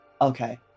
okay